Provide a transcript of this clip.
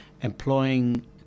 employing